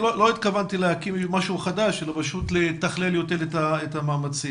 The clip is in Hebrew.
לא התכוונתי להקים משהו חדש אלא פשוט לתכלל יותר את המאמצים.